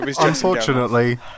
unfortunately